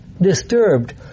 disturbed